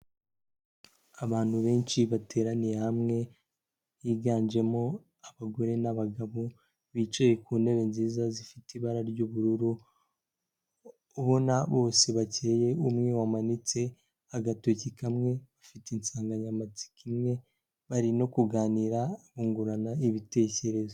Abantu benshi bateraniye hamwe higanjemo abagore n'abagabo, bicaye ku ntebe nziza zifite ibara ry'ubururu, ubona bose bakeye, umwe wamanitse agatoki kamwe ufite insanganyamatsiko imwe, bari no kuganira bungurana ibitekerezo.